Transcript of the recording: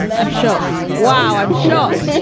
i'm shocked. wow. i'm shocked